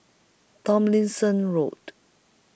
Tomlinson Road